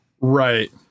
Right